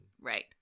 Right